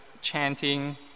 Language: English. chanting